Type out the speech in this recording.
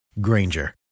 Granger